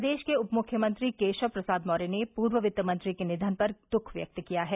प्रदेश के उप मुख्यमंत्री केशव प्रसाद मौर्य ने पूर्व वित्त मंत्री के निघन पर दुःख व्यक्त किया है